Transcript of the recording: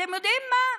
אתם יודעים מה,